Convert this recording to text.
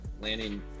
landing